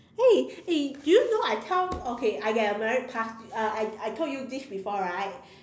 eh eh do you know I tell okay I get a merit pass uh I I I told you this before right